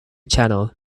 channel